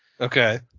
okay